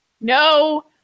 No